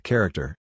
Character